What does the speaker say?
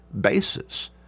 basis